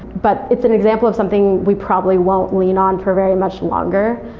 but it's an example of something we probably won't lean on for very much longer,